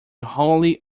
wholly